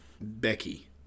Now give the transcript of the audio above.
Becky